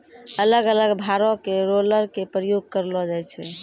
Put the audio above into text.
अलग अलग भारो के रोलर के प्रयोग करलो जाय छै